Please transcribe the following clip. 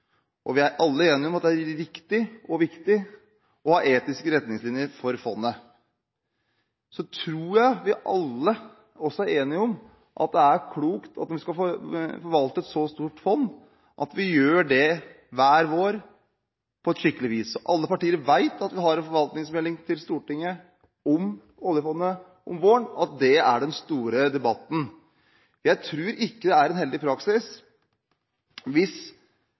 Vi er alle enige om at det er riktig og viktig å ha etiske retningslinjer for fondet. Så tror jeg vi alle også er enige om at det er klokt når man skal forvalte et så stort fond, at vi gjør det på skikkelig vis hver vår. Alle partier vet at det kommer en forvaltningsmelding til Stortinget om oljefondet om våren, og at det er den store debatten. Jeg tror ikke det er en heldig praksis hvis